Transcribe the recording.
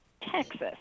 Texas